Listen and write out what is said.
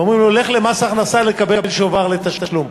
ואומרים לו: לך למס הכנסה לקבל שובר לתשלום.